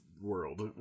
world